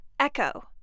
ECHO